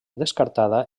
descartada